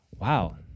wow